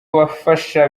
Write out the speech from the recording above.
bafasha